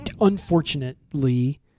unfortunately